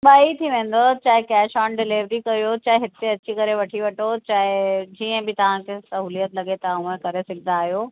ॿई थी वेंदो चाहे कैश ऑन डिलीवरी कयो चाहे हिते अची करे वठे वठो चाहे जीअं बि तव्हां खे सहूलियत लॻे तव्हां करे सघंदा आहियो